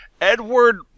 Edward